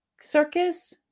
circus